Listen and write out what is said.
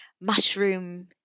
mushroom